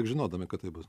žinodami kad taip bus